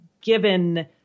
given